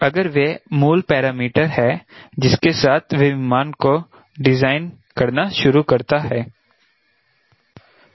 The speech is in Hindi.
अगर वह मूल पैरामीटर है जिसके साथ वह विमान को डिजाइन करना शुरू करता है